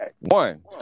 One